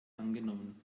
angenommen